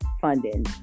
funding